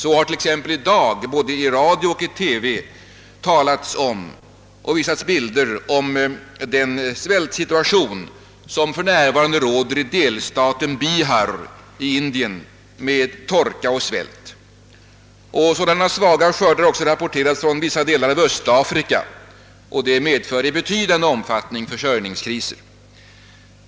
: Så har t.ex. i dag både i radio och TV talats om och visats bilder från den svältsituation som för närvarande råder i delstaten Bihar i Indien med torka och svält. Svaga skördar har också rapporterats från vissa delar av Östafrika, och detta medför i betydande omfattning försörjningskriser.